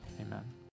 Amen